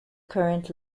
current